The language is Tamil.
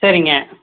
சரிங்க